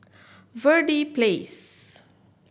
Verde Place